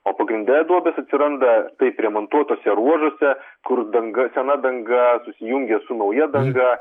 o pagrinde duobės atsiranda taip remontuotose ruožuose kur danga sena danga jungias su nauja danga